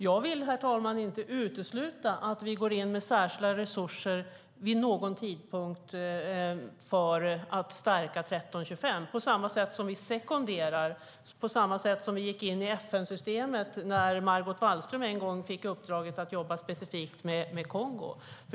Jag vill inte utesluta att vi går in med särskilda resurser vid någon tidpunkt för att stärka resolution 1325, på samma sätt som vi sekonderar, och på samma sätt som vi gick in i FN-systemet när Margot Wallström en gång fick uppdraget att jobba specifikt med Kongo.